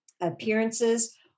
Appearances